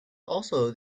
also